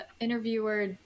interviewer